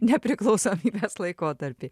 nepriklausomybės laikotarpį